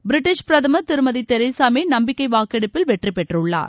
British பிரதமர் திருமதி Theresa May நம்பிக்கை வாக்கெடுப்பில் வெற்றி பெற்றுள்ளார்